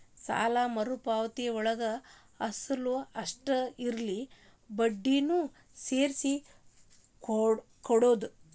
ಸಾಲ ಮರುಪಾವತಿಯೊಳಗ ಅಸಲ ಅಷ್ಟ ಇರಲ್ಲ ಬಡ್ಡಿನೂ ಸೇರ್ಸಿ ಕೊಡೋದ್